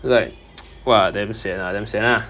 like !wah! damn sian ah damn sian ah